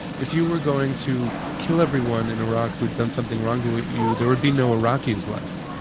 if you were going to kill everyone in iraq who had done something wrong to you, there would be no iraqis left.